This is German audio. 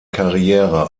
karriere